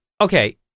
okay